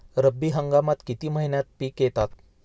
रब्बी हंगामात किती महिन्यांत पिके येतात?